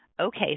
Okay